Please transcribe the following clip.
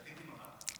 שתיתי מרק.